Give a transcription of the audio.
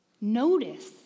Notice